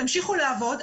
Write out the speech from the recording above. תמשיכו לעבוד.